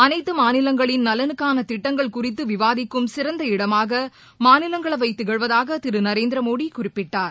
அனைத்து மாநிலங்களின் நலனுக்கான திட்டங்கள் குறித்து விவாதிக்கும சிறந்த இடமாகக் மாநிலங்களவை திகழ்வதாக திரு நரேந்திரமோடி குறிப்பிட்டார்